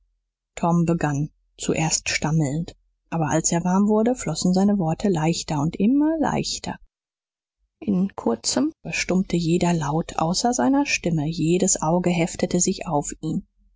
tom begann zuerst stammelnd aber als er warm wurde flossen seine worte leichter und immer leichter in kurzem verstummte jeder laut außer seiner stimme jedes auge heftete sich auf ihn